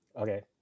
okay